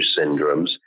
syndromes